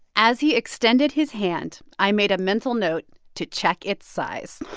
as he extended his hand, i made a mental note to check its size.